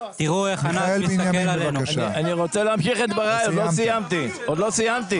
אני רוצה להמשיך את דבריי, עוד לא סיימתי.